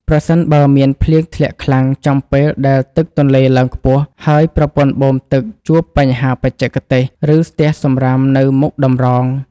ប្រសិនបើមានភ្លៀងធ្លាក់ខ្លាំងចំពេលដែលទឹកទន្លេឡើងខ្ពស់ ហើយប្រព័ន្ធបូមទឹកជួបបញ្ហាបច្ចេកទេស ឬស្ទះសំរាមនៅមុខតម្រង។